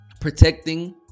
protecting